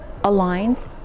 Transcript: aligns